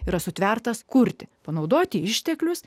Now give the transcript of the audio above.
yra sutvertas kurti panaudoti išteklius